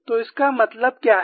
तो इसका मतलब क्या है